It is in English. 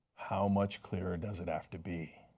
how much clearer does it have to be?